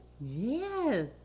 Yes